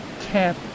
tap